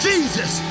Jesus